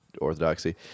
orthodoxy